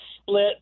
split